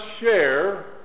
share